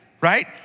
right